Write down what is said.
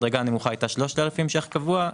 המדרגה הנמוכה הייתה 3,000 ש"ח קבוע,